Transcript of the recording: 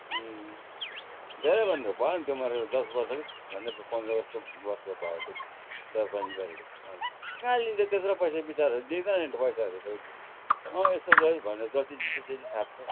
धेरै भयो नि भयो त्यो मोरोले दस बर्ष झन्डै पन्ध्र भयो त्यसले दबाई पानी गरेको हजुर कहाँ लिन्छ त्यत्रो पैसा बिचारा लिँदैन नि पैसाहरू त उसले अँ यसो लु है भनेर जति दिन्छ त्यति थाप्छ